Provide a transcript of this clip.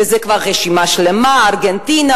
וזו כבר רשימה שלמה: ארגנטינה,